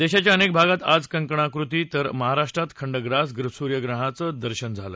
देशाच्या अनेक भागात आज कंकणाकृती तर महाराष्ट्रात खंडग्रास सुर्यप्रहणाचं दर्शन झालं